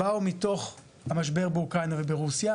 באו מתוך המשבר באוקראינה וברוסיה,